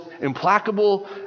implacable